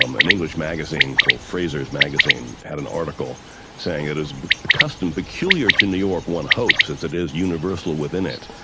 um an english magazine called fraser's magazine had an article saying it is a custom peculiar to new york one hopes as it is universal within it,